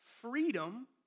freedom